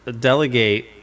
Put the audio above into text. delegate